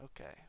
Okay